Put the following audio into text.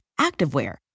activewear